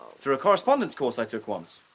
through a correspondence course i took once.